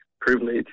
privilege